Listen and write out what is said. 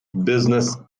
business